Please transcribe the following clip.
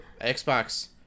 xbox